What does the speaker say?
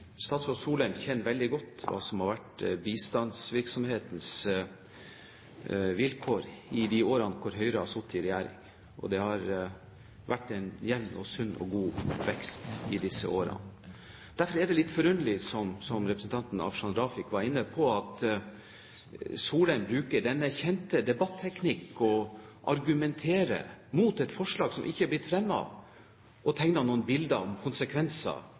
Statsråd Solheim kjenner veldig godt til hva som har vært bistandsvirksomhetenes vilkår i de årene hvor Høyre har sittet i regjering. Det har vært en jevn, sunn og god vekst i disse årene. Derfor er det litt forunderlig – som representanten Afshan Rafiq var inne på – at Solheim bruker denne kjente debatteknikken og argumenterer mot et forslag som ikke har blitt fremmet, og tegner noen bilder av konsekvenser